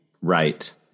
Right